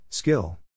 Skill